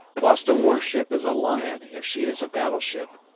whilst a warship is a lion if she is a battleship,